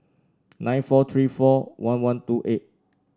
nine four three four one one two eight